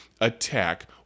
attack